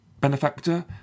benefactor